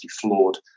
flawed